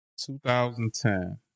2010